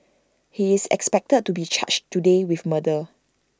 he is expected to be charged today with murder